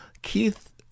Keith